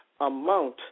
amount